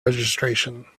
registration